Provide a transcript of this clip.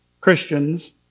Christians